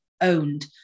owned